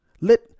Let